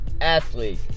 athlete